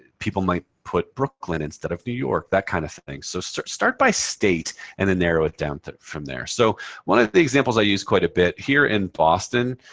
people might put brooklyn instead of new york. that kind of thing. so start start by state and then narrow it down from there. so one of the examples i use quite a bit here in boston,